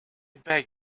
beg